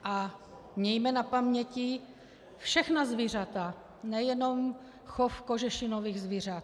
A mějme na paměti všechna zvířata, nejenom chov kožešinových zvířat.